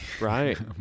right